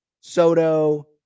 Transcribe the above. Soto